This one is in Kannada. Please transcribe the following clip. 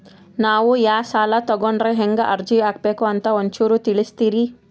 ನಾವು ಯಾ ಸಾಲ ತೊಗೊಂಡ್ರ ಹೆಂಗ ಅರ್ಜಿ ಹಾಕಬೇಕು ಅಂತ ಒಂಚೂರು ತಿಳಿಸ್ತೀರಿ?